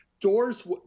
doors